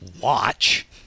Watch